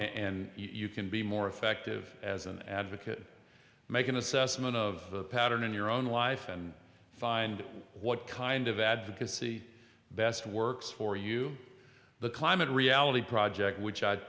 and you can be more effective as an advocate make an assessment of the pattern in your own life and find what kind of advocacy best works for you the climate reality project which i